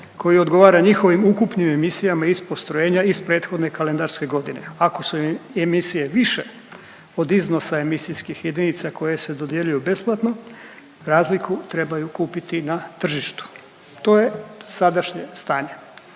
koji odgovara njihovim ukupnim emisijama iz postrojenja iz prethodne kalendarske godine, ako su emisije više od iznosa emisijskih jedinica koje se dodjeljuju besplatno razliku trebaju kupiti na tržištu. To je sadašnje stanje.